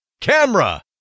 Camera